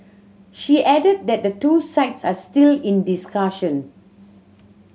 she added that the two sides are still in discussions